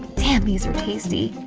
damn, these are tasty.